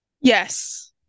Yes